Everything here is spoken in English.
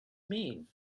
mean